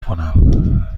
کنم